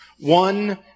One